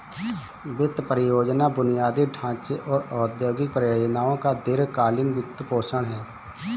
वित्त परियोजना बुनियादी ढांचे और औद्योगिक परियोजनाओं का दीर्घ कालींन वित्तपोषण है